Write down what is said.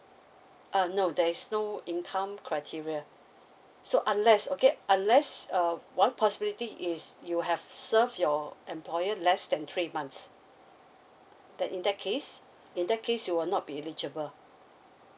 uh no there is no income criteria so unless okay unless uh one possibility is you have served your employer less than three months then in that case in that case you will not be eligible